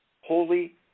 holy